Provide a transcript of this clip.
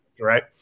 right